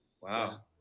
wow